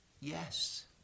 Yes